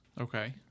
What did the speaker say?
Okay